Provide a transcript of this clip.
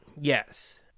Yes